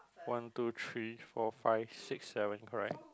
one two three four five six seven correct